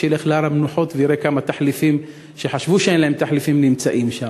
שילך להר-המנוחות ויראה כמה אנשים שחשבו שאין להם תחליפים נמצאים שם.